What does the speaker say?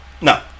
No